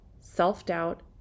self-doubt